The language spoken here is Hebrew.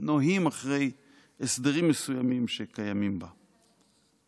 נוהים אחרי הסדרים מסוימים שקיימים בה.